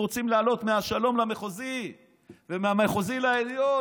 רוצים לעלות מהשלום למחוזי ומהמחוזי לעליון.